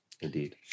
Indeed